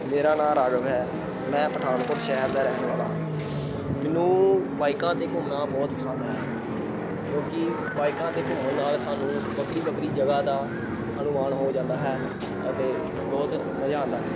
ਮੇਰਾ ਨਾਂ ਰਾਘਵ ਹੈ ਮੈਂ ਪਠਾਨਕੋਟ ਸ਼ਹਿਰ ਦਾ ਰਹਿਣ ਵਾਲਾ ਹਾਂ ਮੈਨੂੰ ਬਾਈਕਾਂ 'ਤੇ ਘੁੰਮਣਾ ਬਹੁਤ ਪਸੰਦ ਹੈ ਕਿਉਂਕਿ ਬਾਈਕਾਂ 'ਤੇ ਘੁੰਮਣ ਨਾਲ਼ ਸਾਨੂੰ ਵੱਖਰੀ ਵੱਖਰੀ ਜਗ੍ਹਾ ਦਾ ਅਨੁਮਾਨ ਹੋ ਜਾਂਦਾ ਹੈ ਅਤੇ ਬਹੁਤ ਮਜ਼ਾ ਆਉਂਦਾ ਹੈ